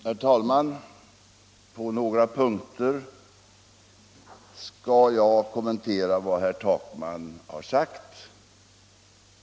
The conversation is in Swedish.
Herr talman! På några punkter skall jag kommentera vad herr Takman har sagt.